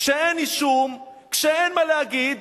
כשאין אישום, כשאין מה להגיד,